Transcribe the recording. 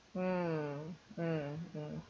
mm mm mm